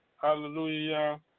Hallelujah